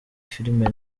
filime